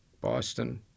Boston